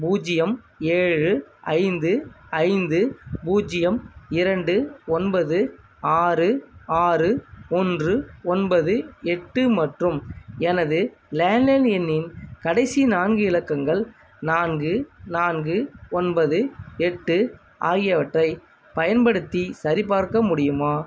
பூஜ்ஜியம் ஏழு ஐந்து ஐந்து பூஜ்ஜியம் இரண்டு ஒன்பது ஆறு ஆறு ஒன்று ஒன்பது எட்டு மற்றும் எனது லேண்ட்லைன் எண்ணின் கடைசி நான்கு இலக்கங்கள் நான்கு நான்கு ஒன்பது எட்டு ஆகியவற்றைப் பயன்படுத்தி சரிபார்க்க முடியுமா